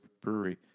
brewery